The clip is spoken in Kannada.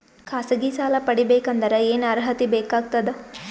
ಖಾಸಗಿ ಸಾಲ ಪಡಿಬೇಕಂದರ ಏನ್ ಅರ್ಹತಿ ಬೇಕಾಗತದ?